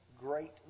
great